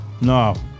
No